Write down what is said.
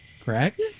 correct